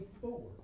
four